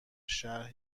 شهر